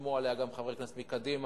וחתמו עליה גם חברי כנסת מקדימה,